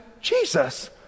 Jesus